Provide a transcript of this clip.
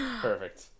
Perfect